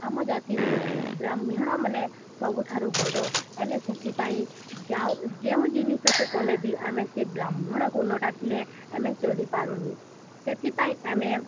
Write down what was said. ଆମ ଜାତିରୁ ବ୍ରାହ୍ମଣମାନେ ସବୁଠାରୁ ବଡ଼ ଆମେ ସେଥିପାଇଁ ଯାଉ ଯେଉଁ ଜିନିଷଟିେ କଲେ ବି ଆମେ ସେ ବ୍ରାହ୍ମଣକୁ ନଡ଼ାକିଲେ ଆମେ ଚଲିପାରୁନି ସେଥିପାଇଁ ଆମେ